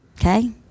Okay